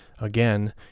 again